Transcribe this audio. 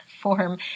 form